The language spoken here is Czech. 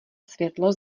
světlo